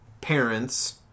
parents